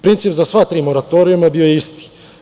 Princip za sve tri moratorijuma je bio isti.